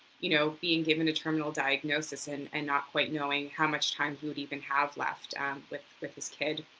you know being given the terminal diagnosis and and not quite knowing how much time he would even have left with with his kid.